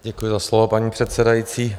Děkuji za slovo, paní předsedající.